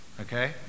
okay